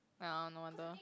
ya no wonder